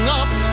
up